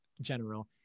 general